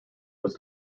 was